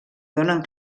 donen